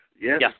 Yes